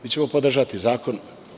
Mi ćemo podržati zakon.